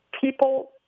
people